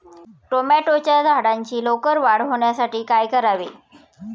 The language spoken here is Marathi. टोमॅटोच्या झाडांची लवकर वाढ होण्यासाठी काय करावे?